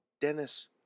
Dennis